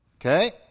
Okay